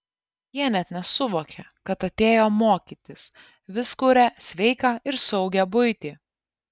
jie net nesuvokia kad atėjo mokytis vis kuria sveiką ir saugią buitį